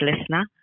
listener